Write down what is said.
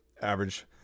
average